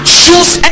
choose